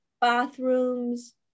Bathrooms